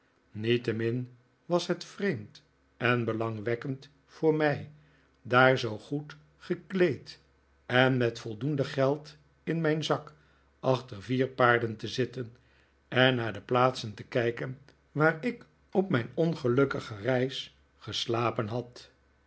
niettemin was het vreemd en belangwekkend voor mij daar zoo goed gekleed en met voldoende geld in mijn zak achter vier paarden te zitten en naar de plaatsen te kijken waar ik op mijn ongelukkige reis geslapen had